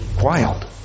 wild